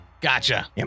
Gotcha